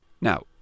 Now